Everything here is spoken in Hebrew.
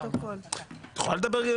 נתחיל.